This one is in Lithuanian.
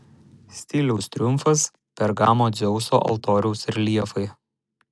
stiliaus triumfas pergamo dzeuso altoriaus reljefai